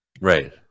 Right